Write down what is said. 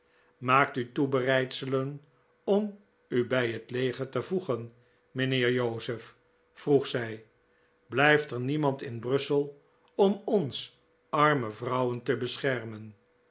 maakt u toebereidselen om u bij het leger te voegen mijnheer joseph vroeg zij blijft er niemand in brussel om ons arme vrouwen te beschermen